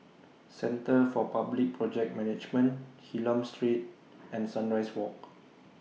Centre For Public Project Management Hylam Street and Sunrise Walk